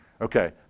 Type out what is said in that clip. okay